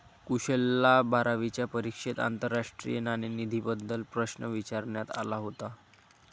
कुशलला बारावीच्या परीक्षेत आंतरराष्ट्रीय नाणेनिधीबद्दल प्रश्न विचारण्यात आला होता